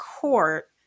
court